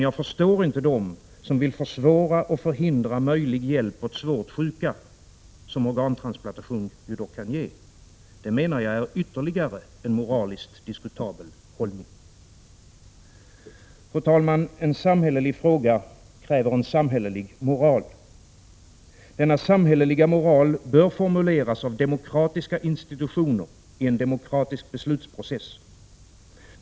Jag förstår dock inte dem som vill försvåra och förhindra möjlig hjälp åt svårt sjuka, som organtransplantation kan ge. Det är ytterligare en moraliskt diskutabel hållning. Fru talman! En samhällelig fråga kräver en samhällelig moral. Denna samhälleliga moral bör formuleras av demokratiska institutioner i en demokratisk beslutsprocess.